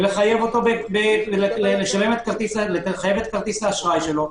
ולחייב את כרטיס האשראי שלו,